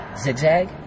Zigzag